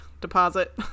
deposit